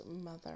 mother